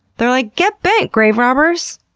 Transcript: they're like get bent grave robbers!